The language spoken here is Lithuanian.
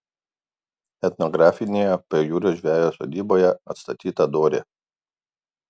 etnografinėje pajūrio žvejo sodyboje atstatyta dorė